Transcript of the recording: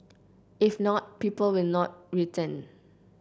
if not people will not return